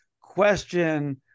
question